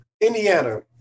Indiana